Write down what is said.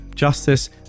justice